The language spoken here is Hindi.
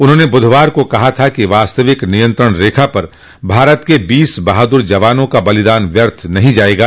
उन्होंने ब्धवार को कहा था कि वास्तविक नियंत्रण रेखा पर भारत के बीस बहादुर जवानों का बलिदान व्यअर्थ नहीं जायेगा